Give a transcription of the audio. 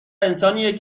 انسانیه